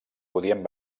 podien